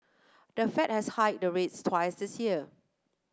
the Fed has hiked the rates twice this year